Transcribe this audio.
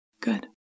Good